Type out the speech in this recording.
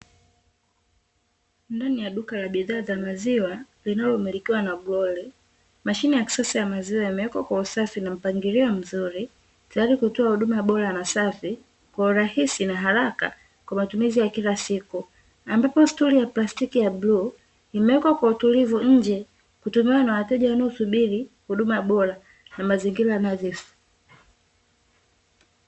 Ndani ya duka la bidhaa za maziwa linalomilikiwa na "Glory", mashine ya kisasa ya maziwa yamewekwa kwa usafi na mpangilio mzuri, tayari kwa kutoa huduma bora na safi kwa urahisi na haraka kwa matumizi ya kila siku; ambapo stuli ya plastiki ya bluu, imewekwa kwa utulivu nje, kutumiwa na wateja wanaosubiri huduma bora na mazingira nadhifu.